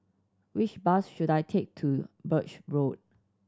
which bus should I take to Birch Road